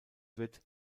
wird